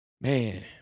Man